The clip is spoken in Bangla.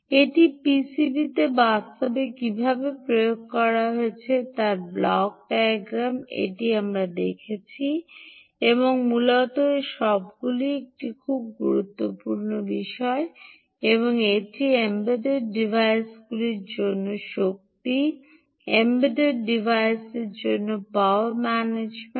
এটি পিসিবিতে বাস্তবে কীভাবে প্রয়োগ করা হয়েছে তার ব্লক ডায়াগ্রাম এটিই আমরা দেখেছি এবং মূলত এর সবগুলিই একটি খুব গুরুত্বপূর্ণ বিষয় এবং এটি এম্বেডড ডিভাইসগুলির জন্য শক্তি এম্বেডড ডিভাইসের জন্য পাওয়ার ম্যানেজমেন্ট